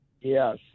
Yes